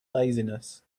laziness